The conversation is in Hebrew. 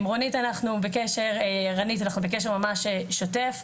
עם רונית אנחנו בקשר ממש שוטף,